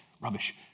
rubbish